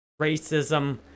racism